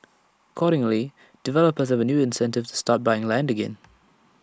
accordingly developers have A new incentive to start buying land again